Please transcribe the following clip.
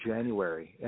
January